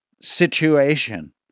situation